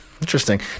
Interesting